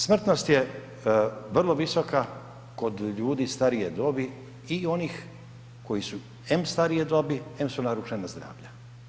Smrtnost je vrlo visoka kod ljudi starije dobi i onih koji su em starije dobi, em su narušena zdravlja.